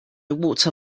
water